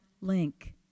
link